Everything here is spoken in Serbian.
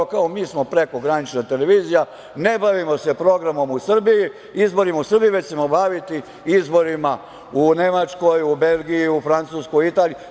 Ono, kao, mi smo prekogranična televizija, ne bavimo se izborima u Srbiji, već ćemo se baviti izborima u Nemačkoj, u Belgiji, u Francuskoj, u Italiji.